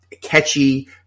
catchy